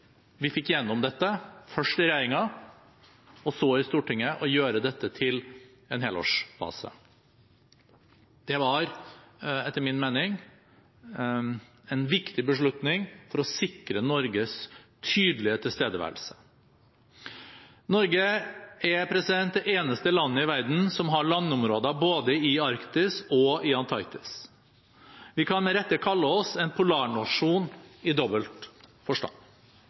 vi fikk igjennom – først i regjeringen og så i Stortinget – å gjøre dette til en helårsbase. Det var etter min mening en viktig beslutning for å sikre Norges tydelige tilstedeværelse. Norge er det eneste landet i verden som har landområder både i Arktis og i Antarktis. Vi kan med rette kalle oss en polarnasjon i dobbelt forstand.